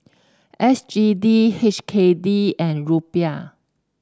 S G D H K D and Rupiah